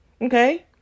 Okay